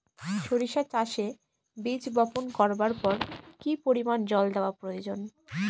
সরিষা চাষে বীজ বপন করবার পর কি পরিমাণ জল দেওয়া প্রয়োজন?